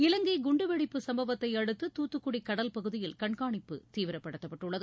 இலங்கை குண்டுவெடிப்பு சம்பவத்தை அடுத்த தூத்துக்குடி கடல்பகுதியில் கண்காணிப்பு தீவிரப்படுத்தப்பட்டுள்ளது